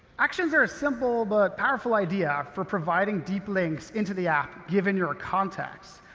actions are a simple but powerful idea for providing deep links into the app given your context.